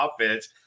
offense